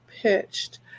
pitched